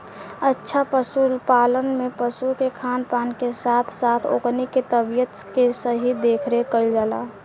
अच्छा पशुपालन में पशु के खान पान के साथ साथ ओकनी के तबियत के सही देखरेख कईल जाला